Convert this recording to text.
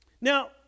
Now